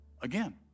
Again